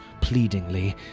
pleadingly